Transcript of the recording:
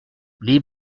les